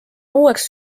uueks